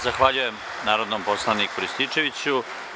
Zahvaljujem narodnom poslaniku Rističeviću.